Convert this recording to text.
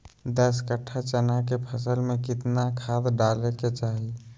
दस कट्ठा चना के फसल में कितना खाद डालें के चाहि?